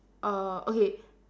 err okay